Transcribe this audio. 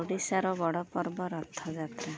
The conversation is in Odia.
ଓଡ଼ିଶାର ବଡ଼ ପର୍ବ ରଥଯାତ୍ରା